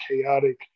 chaotic